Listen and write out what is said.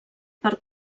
per